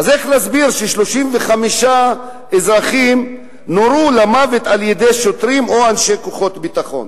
איך נסביר ש-35 אזרחים נורו למוות על-ידי שוטרים או אנשי כוחות הביטחון